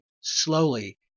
slowly